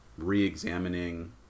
re-examining